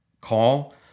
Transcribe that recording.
Call